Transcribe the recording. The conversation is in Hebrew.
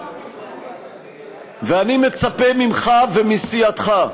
ואני מצפה ממך ומסיעתך,